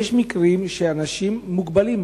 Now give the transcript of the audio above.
יש מקרים שאנשים מוגבלים,